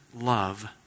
love